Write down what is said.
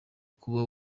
kuba